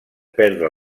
perdre